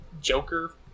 Joker